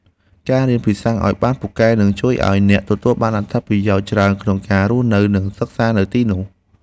ការរៀនភាសាបារាំងឱ្យបានពូកែនឹងជួយឱ្យអ្នកទទួលបានអត្ថប្រយោជន៍ច្រើនក្នុងការរស់នៅនិងសិក្សានៅទីនោះ។